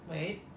Wait